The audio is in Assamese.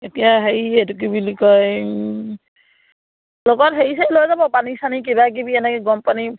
এতিয়া হেৰি এইটো কি বুলি কয় লগত হেৰি চেৰি লৈ যাব পানী চানী কিবা কিবি এনেকৈ গৰম পানী